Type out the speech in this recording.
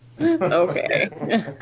Okay